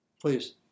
please